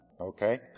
Okay